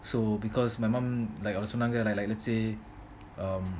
so because my mum like அவங்க சொன்னாங்க:avanga sonanga like like let's say um